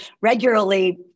regularly